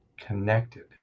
connected